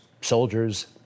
soldiers